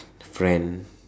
friend